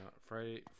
Friday